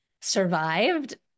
survived